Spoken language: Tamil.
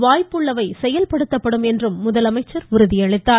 வாய்ப்புள்ளவை செயல்படுத்தப்படும் என்றும் அவர் உறுதியளித்தார்